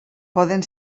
poden